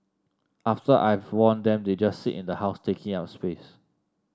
after I've worn them they just sit in the house taking up space